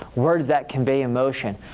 words that convey emotion,